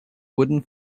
wooden